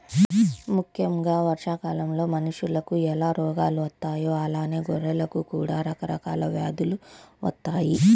ముక్కెంగా వర్షాకాలంలో మనుషులకు ఎలా రోగాలు వత్తాయో అలానే గొర్రెలకు కూడా రకరకాల వ్యాధులు వత్తయ్యి